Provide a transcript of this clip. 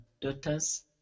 daughters